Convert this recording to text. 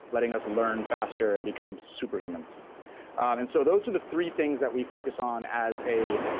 letting us learn faster and become super humans and so those are the three things that we focus on as a.